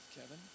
Kevin